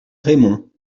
raymond